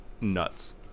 nuts